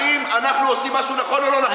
האם אנחנו עושים משהו נכון או לא נכון?